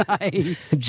Nice